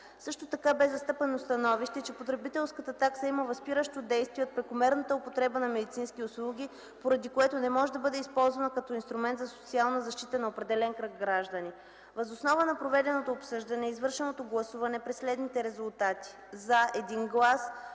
Също така бе застъпено становище, че потребителската такса има възпиращо действие за прекомерната употреба на медицински услуги, поради което не може да бъде използвана като инструмент за социална защита на определен кръг от граждани. Въз основа на проведеното обсъждане и извършеното гласуване при следните резултати „за” – 1,